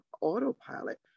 autopilot